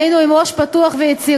היינו עם ראש פתוח ויצירתי,